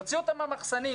להוציא אותם מהמחסנים,